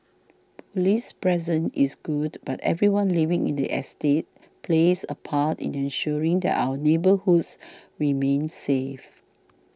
police presence is good but everyone living in the estate plays a part in ensuring that our neighbourhoods remain safe